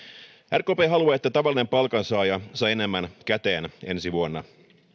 rkp haluaa että tavallinen palkansaaja saa enemmän käteen ensi vuonna